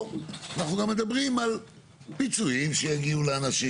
אנחנו גם מדברים על פיצויים שיגיעו לאנשים.